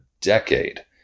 decade